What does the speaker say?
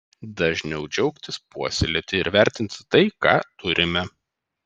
dažniau džiaugtis puoselėti ir vertinti tai ką turime